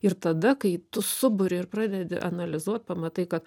ir tada kai tu suburi ir pradedi analizuot pamatai kad